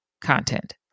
content